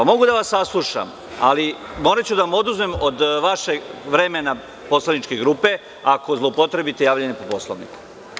Mogu da vas saslušam, ali moraću da vam oduzmem vreme od vaše poslaničke grupe, ako zloupotrebite javljanje po Poslovniku.